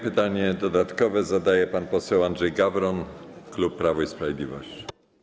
Pytanie dodatkowe zadaje pan poseł Andrzej Gawron, klub Prawo i Sprawiedliwość.